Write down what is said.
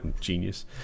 Genius